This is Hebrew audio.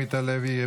עמית הלוי,